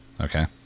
okay